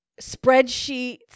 spreadsheets